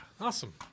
Awesome